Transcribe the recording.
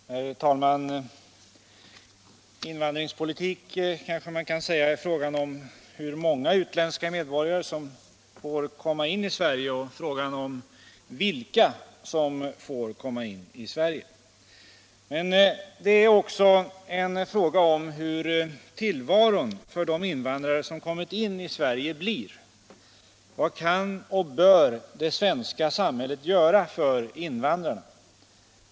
Herr talman! Invandringspolitik är, kanske man kan säga, frågan om hur många utländska medborgare som får komma in i Sverige, och frågan om vilka som får komma in i Sverige. Men det är också en fråga om hur tillvaron blir för de invandrare som kommer in i Sverige. Vad kan och bör det svenska samhället göra för invandrarna?